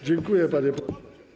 Dziękuję, panie pośle.